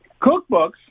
cookbooks